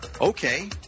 Okay